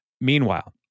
Meanwhile